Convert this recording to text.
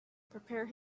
prepare